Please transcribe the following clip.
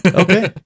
Okay